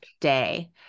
day